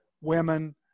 women